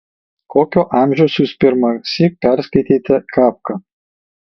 kokio amžiaus jūs pirmąsyk perskaitėte kafką